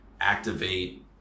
activate